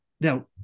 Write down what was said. Now